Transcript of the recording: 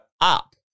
up